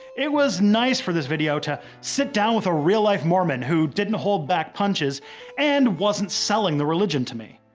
it was nice for this video to sit down with a real-life mormon who didn't hold back punches and wasn't selling the religion to me.